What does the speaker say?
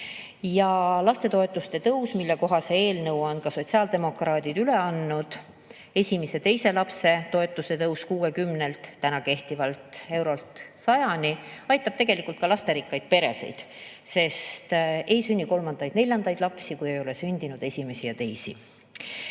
Ja lastetoetuste tõus, mille kohase eelnõu on sotsiaaldemokraadid üle andnud. Esimese ja teise lapse toetuse tõus täna kehtivalt 60-lt eurolt 100-ni aitab tegelikult ka lasterikkaid peresid, sest ei sünni kolmandaid-neljandaid lapsi, kui ei ole sündinud esimesi ja teisi.